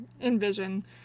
envision